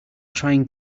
trying